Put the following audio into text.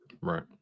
Right